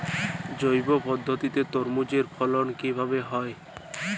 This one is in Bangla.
জৈব পদ্ধতিতে তরমুজের ফলন কিভাবে হয়?